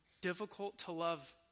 difficult-to-love